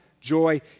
joy